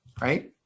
right